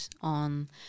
on